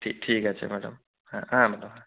ঠিক আছে ম্যাডাম হ্যাঁ হ্যাঁ ম্যাডাম হ্যাঁ